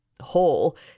whole